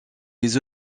les